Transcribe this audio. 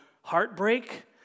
heartbreak